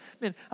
man